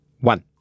one